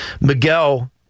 Miguel